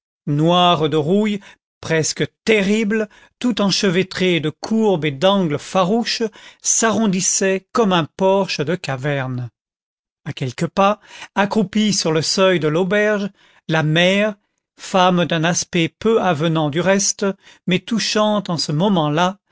noir de rouille presque terrible tout enchevêtré de courbes et d'angles farouches s'arrondissait comme un porche de caverne à quelques pas accroupie sur le seuil de l'auberge la mère femme d'un aspect peu avenant du reste mais touchante en ce moment-là